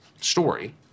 story